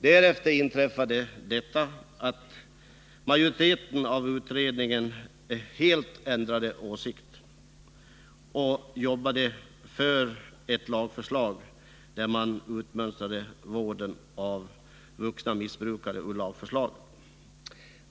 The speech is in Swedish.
Därefter inträffade detta, att majoriteten av utredningen helt ändrade åsikt och jobbade för att utmönstra vården av vuxna missbrukare ur lagförslaget.